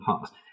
past